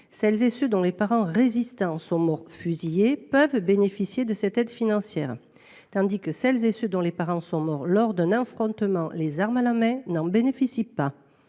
celles et ceux dont les parents résistants sont morts fusillés peuvent bénéficier de cette aide financière, tandis que celles et ceux dont les parents sont morts lors d’un affrontement les armes à la main n’en bénéficient pas.